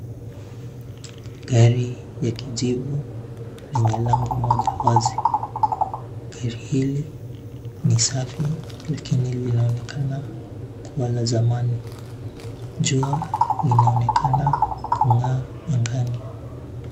Gari ya kijivu lenye lango moja wazi. Gari hili ni safi lakini linaonekana kuwa la zamani. Jua linaonekana kung'aa angani.